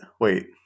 wait